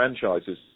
franchises